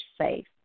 safe